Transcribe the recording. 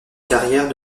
carrière